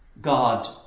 God